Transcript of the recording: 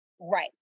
Right